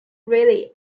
really